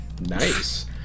Nice